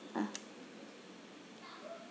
ah